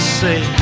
say